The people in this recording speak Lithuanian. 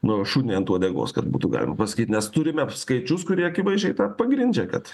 nu šuniui ant uodegos kad būtų galima pasakyti nes turime skaičius kurie akivaizdžiai tą pagrindžia kad